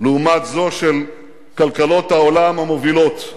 לעומת זה של כלכלות העולם המובילות.